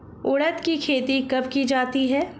उड़द की खेती कब की जाती है?